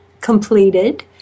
completed